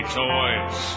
toys